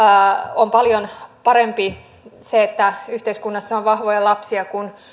on paljon parempi se että yhteiskunnassa on vahvoja lapsia kuin